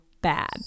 bad